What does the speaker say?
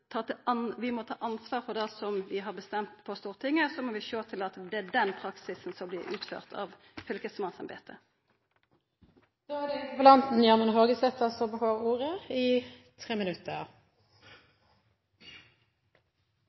ansvar for det som vi har bestemt på Stortinget, og så må vi sjå til at det er den praksisen som vert utført av fylkesmannsembetet. Eg vil takke dei som har hatt ordet i